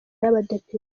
y’abadepite